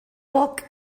poc